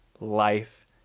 life